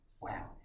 Wow